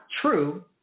true